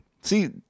See